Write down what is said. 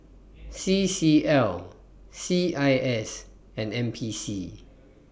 CCL CIS and NPC